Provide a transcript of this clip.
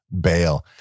bail